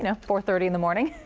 and four thirty in the morning.